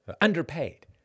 underpaid